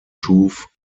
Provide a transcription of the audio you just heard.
schuf